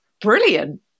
brilliant